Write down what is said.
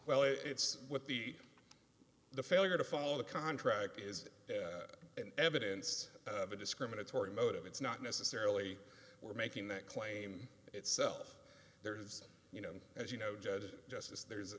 well it's what the the failure to follow the contract is evidence of a discriminatory motive it's not necessarily we're making that claim itself there's you know as you know judge justice there's